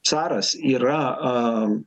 caras yra